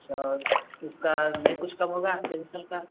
sir उसका नहीं कुछ कम होगा पेंसिल का